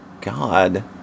God